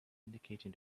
indicating